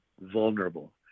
vulnerable